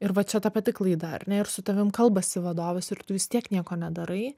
ir va čia ta pati klaida ar ne ir su tavim kalbasi vadovas ir tu vis tiek nieko nedarai